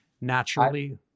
naturally